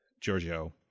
giorgio